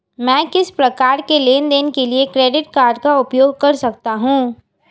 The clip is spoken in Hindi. मैं किस प्रकार के लेनदेन के लिए क्रेडिट कार्ड का उपयोग कर सकता हूं?